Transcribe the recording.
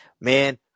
Man